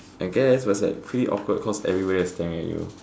I guess but it's like pretty awkward cause everybody is staring at you